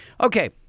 Okay